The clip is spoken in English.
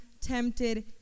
tempted